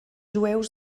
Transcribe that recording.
jueus